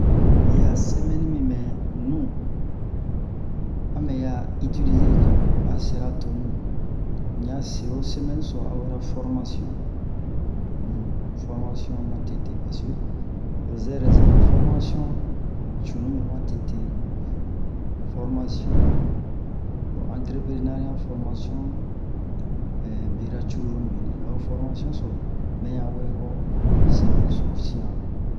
iya semɛmi mi mɛ nu a mɛ ya itilize ye yi a sɛra tonu n'ya se o semɛmi so a wera formasiɔ u formasiɔ matete parske zɛrɛ zɛrɛ formasiɔ cunu mi matete formasiɔ o antreprenaria formasiɔ ɛ bɛra cururu mi bi o formasiɔ sio mɛ ya ho'o semɛmi so sian